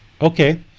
Okay